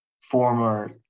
former